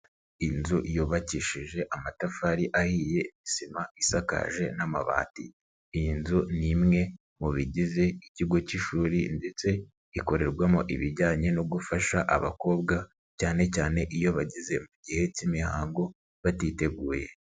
Inzu yubakishije amatafari ahiye, sima isakaje n'amabati, iyi nzu ni imwe mu bigize ikigo cy'ishuri ndetse ikorerwamo ibijyanye no gufasha abakobwa, cyane cyane iyo bageze mu gihe cy'imihango batiteguye.